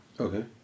Okay